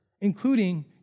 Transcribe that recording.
including